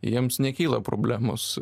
jiems nekyla problemos